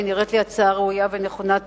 ונראית לי הצעה ראויה ונכונה.